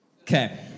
Okay